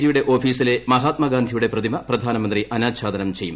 ജിയുടെ ഓഫീസിലെ മഹാത്മാഗാന്ധിയുടെ പ്രതിമ പ്രധാനമന്ത്രി അനാഛാദനം ചെയ്യും